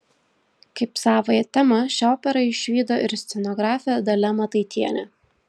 kaip savąją temą šią operą išvydo ir scenografė dalia mataitienė